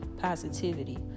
positivity